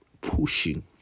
pushing